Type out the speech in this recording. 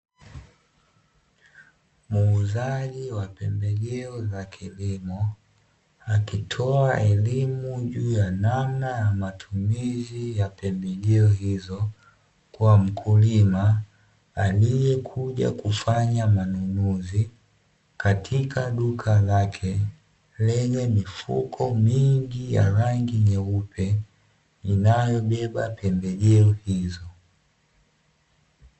Muuzaji wa pembejeo za kilimo akitoa elimu juu ya namna ya matumizi ya pembejeo hizo, kuna mkulima aliyekuja kufanya manunuzi katika duka lake lenye mifuko mingi ya rangi nyeupe inayobeba pembejeo hizo.